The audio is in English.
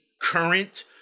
current